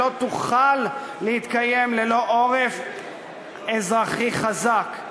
שלא תוכל להתקיים ללא עורף אזרחי חזק.